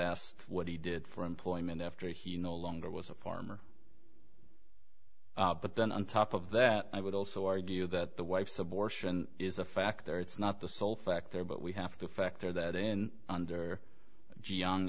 asked what he did for employment after he no longer was a farmer but then on top of that i would also argue that the wife's abortion is a factor it's not the sole factor but we have to factor that in under